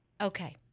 Okay